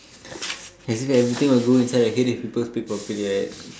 as if everything will go inside your head if people speak properly right